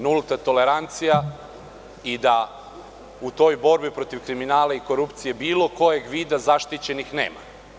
Nulta tolerancija i da u toj borbi protiv kriminala i korupcije bilo kojeg vida zaštićenih nema.